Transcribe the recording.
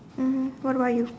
mmhmm what about you